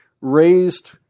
raised